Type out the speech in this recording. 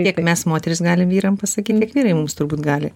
tiek mes moterys galim vyram pasakyti tiek vyrai mums turbūt gali